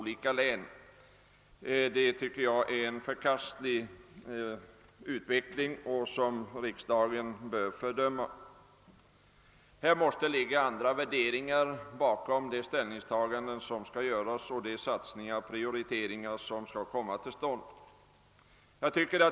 Det är en enligt min mening förkastlig utveckling som riksdagen bör fördöma. Det måste ligga andra värderingar bakom de ställningstaganden som skall göras och de satsningar och prioriteringar som skall komma till stånd.